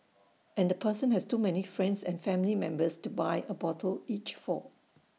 and the person has too many friends and family members to buy A bottle each for